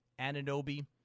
Ananobi